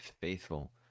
faithful